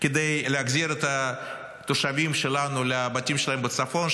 כדי להחזיר את התושבים שלנו לבתים שלהם בצפון,